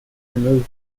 removed